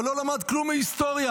אבל לא למד כלום מההיסטוריה,